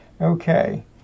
Okay